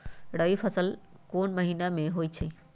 रबी फसल कोंन कोंन महिना में होइ छइ?